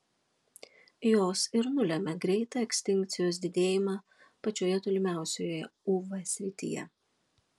jos ir nulemia greitą ekstinkcijos didėjimą pačioje tolimiausioje uv srityje